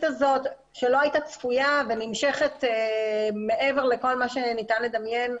הזאת שלא הייתה צפויה ונמשכת מעבר לכל מה שניתן לדמיין.